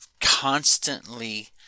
constantly